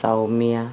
Soumya